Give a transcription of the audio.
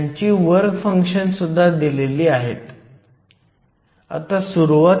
हे इंट्रीन्सिक सिलिकॉनचे काही पॅरामीटर्स आहेत जे आपण वापरू शकतो